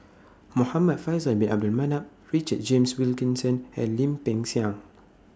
Muhamad Faisal Bin Abdul Manap Richard James Wilkinson and Lim Peng Siang